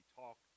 talk